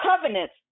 covenants